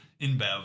InBev